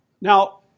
Now